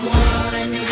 one